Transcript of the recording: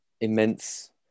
immense